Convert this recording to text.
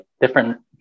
different